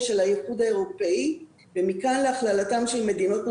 של האיחוד האירופאי ומכאן להכללתן של מדינות נוספות,